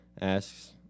asks